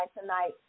tonight